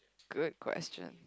good question